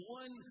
one